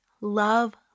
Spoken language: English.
love